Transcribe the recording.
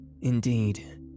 Indeed